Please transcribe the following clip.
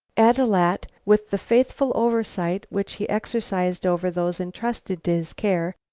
ad-loo-at, with the faithful oversight which he exercised over those entrusted to his care,